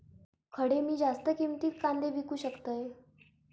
खडे मी जास्त किमतीत कांदे विकू शकतय?